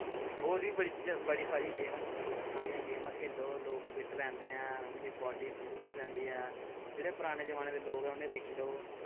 होर बी बड़ी चीजां बड़ी सारी गेम ऐं तुस सारियां गेमां खेल्लो लोग फिट्ट रौंह्न्दे ऐ उं'दी बाडी तंदुस्त रौंह्न्दी ऐ जेह्ड़े पराने जमाने दे लोग ऐ उ'नें गी दिक्खी लेओ